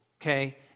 okay